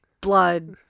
Blood